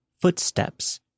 footsteps